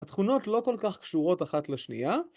התכונות לא כל כך קשורות אחת לשנייה.